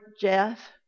Jeff